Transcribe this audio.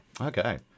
Okay